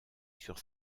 sur